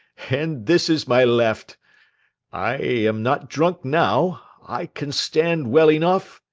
and this is my left i am not drunk now i can stand well enough,